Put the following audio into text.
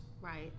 right